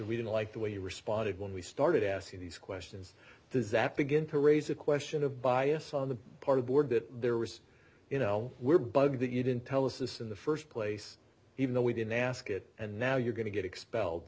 we didn't like the way you responded when we started asking these questions does that begin to raise a question of bias on the part of board that there was you know we're bugged that you didn't tell us this in the first place even though we didn't ask it and now you're going to get expelled